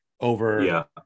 over